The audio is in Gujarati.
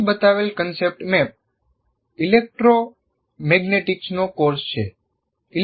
અહીં બતાવેલ કન્સેપ્ટ મેપ ઇલેક્ટ્રોમેગ્નેટિક્સનો કોર્સ છે